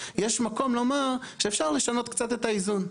יש מקום לומר שאפשר לשנות קצת את האיזון?